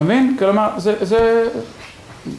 ‫אתה מבין? כלומר, זה זה,